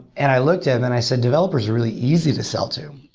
and i looked at him and i said, developers are really easy to sell to.